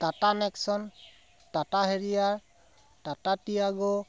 Tata Nexon Tata Harrier Tata Tiago